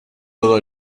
todo